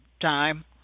time